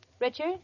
Richard